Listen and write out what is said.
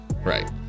Right